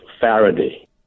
Faraday